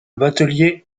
batelier